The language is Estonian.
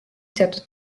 teatud